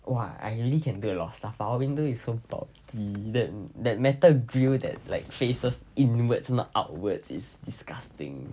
!wah! I really can do a lot of stuff our window is so bulky that that metal grille that like faces inwards not outwards is disgusting